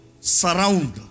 surround